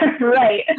Right